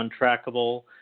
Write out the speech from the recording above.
untrackable